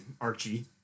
Archie